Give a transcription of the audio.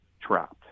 trapped